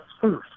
first